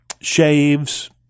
shaves